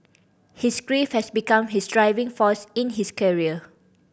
his grief has become his driving force in his career